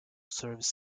serves